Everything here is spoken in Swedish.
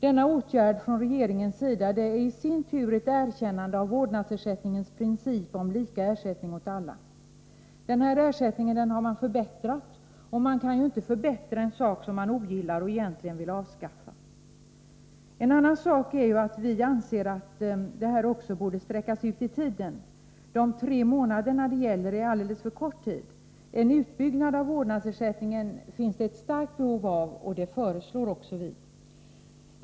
Denna åtgärd från regeringens sida är i sin tur ett erkännande av vårdnadsersättningens princip om lika ersättning åt alla. Denna ersättning har man förbättrat, och man kan inte förbättra en sak som man ogillar och egentligen vill avskaffa. En annan sak är att vi anser att det här också borde sträckas ut i tiden. De tre månader som det gäller är alldeles för kort tid. En utbyggnad av vårdnadsersättningen finns det ett starkt behov av. En sådan utbyggnad föreslår vi också.